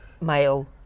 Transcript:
male